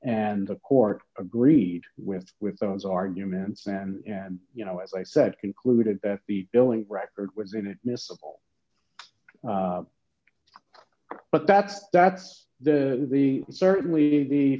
and the court agreed with with those arguments and you know as i said concluded that the billing record was inadmissible but that's that's the the certainly the